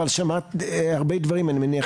שמעת הרבה דברים אני מניח,